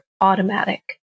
automatic